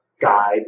guide